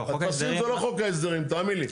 הטפסים זה לא חוק ההסדרים, תאמין לי.